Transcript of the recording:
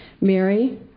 Mary